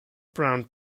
brown